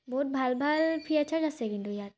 বহুত ভাল ভাল ফিচাৰ্ছ আছে কিন্তু ইয়াত